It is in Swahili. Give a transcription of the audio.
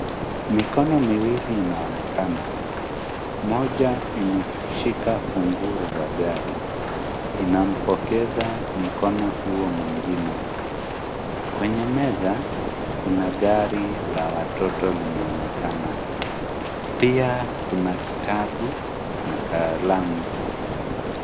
Mikono miwili inaonekana mmoja umeshika funguo za gari unampokeza mkono huo mwengine. Kwenye meza kuna gari la watoto linaonekana pia kuna kitabu na kalamu.